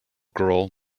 girl